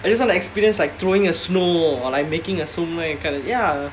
I just want to experience like throwing a snowball like making a snowball and kind of ya